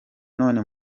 none